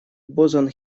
бозон